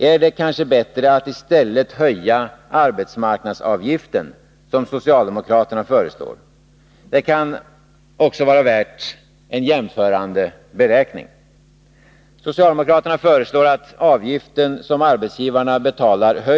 Är det kanske bättre att i stället höja arbetsmarknadsavgiften, som socialdemokraterna föreslår? Också det kan vara värt en jämförande beräkning.